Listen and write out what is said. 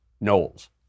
Knowles